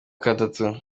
gatatu